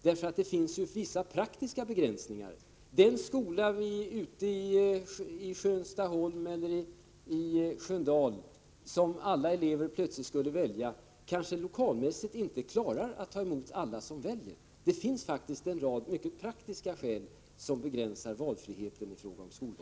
Det finns ju viktiga praktiska begränsningar. Den skola i Skönstaholm eller i Sköndal som alla elever plötsligt skulle välja kanske lokalmässigt inte klarar att ta emot alla dessa elever. Det finns faktiskt en rad praktiska skäl som begränsar friheten att välja skola.